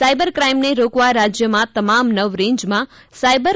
cyber ક્રાઇમને રોકવા રાજ્યના તમામ નવ રેન્જમાં સાઇબર